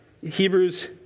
Hebrews